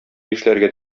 нишләргә